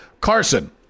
Carson